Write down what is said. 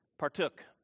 partook